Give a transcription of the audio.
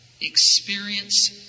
experience